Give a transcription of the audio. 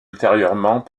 ultérieurement